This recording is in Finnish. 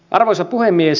arvoisa puhemies